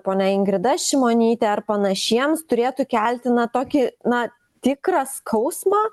ponia ingrida šimonytė ar panašiems turėtų kelti na tokį na tikrą skausmą